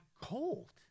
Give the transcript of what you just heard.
cold